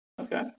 Okay